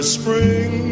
spring